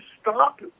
stop